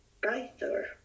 brighter